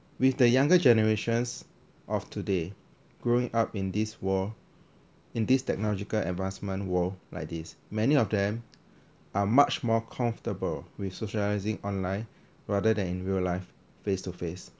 with the younger generations of today growing up in this world in this technological advancement world like this many of them are much more comfortable with socializing online rather than in real life face to face